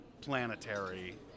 planetary